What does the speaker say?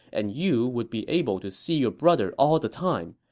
and you would be able to see your brother all the time.